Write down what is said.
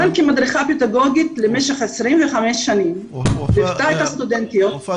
חנאן כמדריכה פדגוגית במשך 25 שנים ליוותה את הסטודנטיות --- וופא,